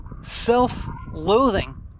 self-loathing